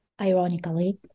ironically